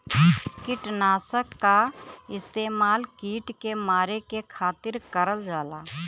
किटनाशक क इस्तेमाल कीट के मारे के खातिर करल जाला